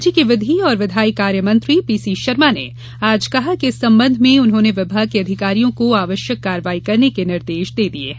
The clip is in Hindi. राज्य के विधि एवं विधायी कार्य मंत्री पी सी शर्मा ने आज कहा कि इस संबंध में उन्होंने विभाग के अधिकारियों को आवश्यक कार्रवाई करने के निर्देश दे दिए हैं